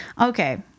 Okay